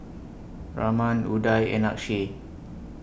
Raman Udai and Akshay